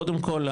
קודם כל,